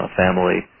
family